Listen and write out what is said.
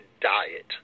diet